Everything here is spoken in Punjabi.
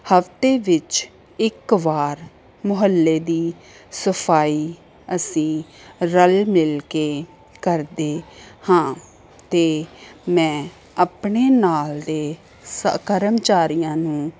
ਹਫ਼ਤੇ ਵਿੱਚ ਇੱਕ ਵਾਰ ਮੁਹੱਲੇ ਦੀ ਸਫਾਈ ਅਸੀਂ ਰਲ ਮਿਲ ਕੇ ਕਰਦੇ ਹਾਂ ਅਤੇ ਮੈਂ ਆਪਣੇ ਨਾਲ ਦੇ ਸ ਕਰਮਚਾਰੀਆਂ ਨੂੰ